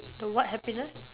the what happiness